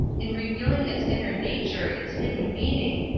in revealing its inner nature its hidden meaning,